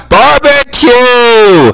barbecue